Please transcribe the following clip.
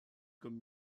comme